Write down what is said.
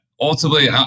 Ultimately